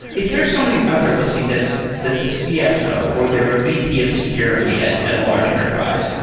if there's somebody out there listening that's that's a cso, or they're a vp of security at at a large enterprise,